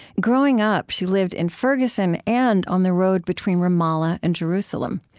growing up, she lived in ferguson and on the road between ramallah and jerusalem.